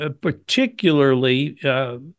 particularly